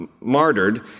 martyred